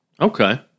Okay